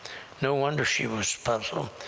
no wonder she was puzzled.